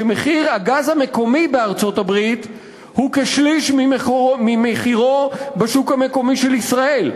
שמחיר הגז המקומי בארצות-הברית הוא כשליש ממחירו בשוק המקומי של ישראל.